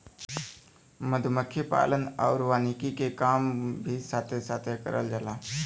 मधुमक्खी पालन आउर वानिकी के काम भी साथे साथे करल जाला